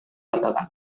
katakan